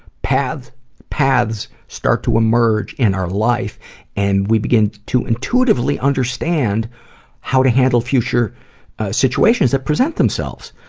paths paths start to emerge in our life and we begin to intuitively understand how to handle future situations that present themselves.